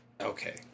Okay